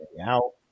out